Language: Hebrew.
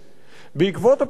בעקבות הפיטורים,